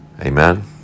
Amen